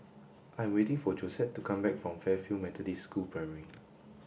I am waiting for Josette to come back from Fairfield Methodist School Primary